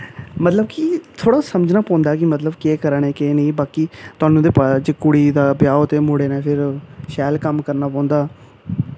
मतलब कि थोह्ड़ा समझना पौंदा कि केह् करा ने केह् नेईं बाकी थुहानू ते पता जे कुड़ी दा ब्याह् होऐ ते मुड़ै नै फिर शैल कम्म करना पौंदा